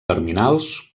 terminals